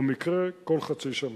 או מקרה כל חצי שנה.